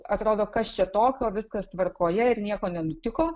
atrodo kas čia tokio viskas tvarkoje ir nieko nenutiko